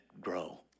grow